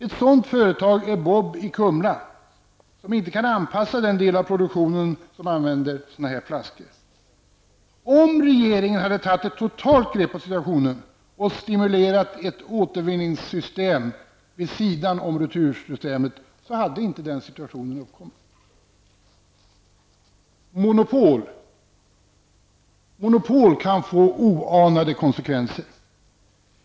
Ett sådant företag är Bob i Kumla, som inte kan anpassa den del av produktionen där sådana här flaskor används. Om regeringen hade tagit ett totalt grepp på situationen och stimulerat ett återvinningssystem vid sidan av retursystemet hade inte denna situation uppkommit. Monopol kan få oanade konsekvenser.